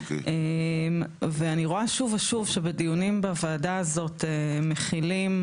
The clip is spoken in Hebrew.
ואני רואה שוב ושוב שבדיונים בוועדה הזאת מכילים,